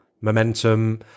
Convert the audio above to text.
momentum